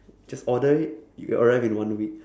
just order it it will arrive in one week